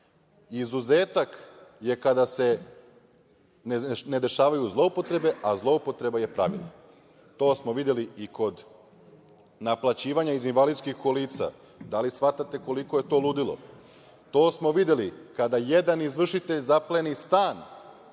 izuzetak je kada se ne dešavaju zloupotrebe, a zloupotreba je pravilo. To smo videli i kod naplaćivanja za invalidska kolica. Da li shvatate koliko je to ludilo? To smo videli kada jedan izvršitelj zapleni stan,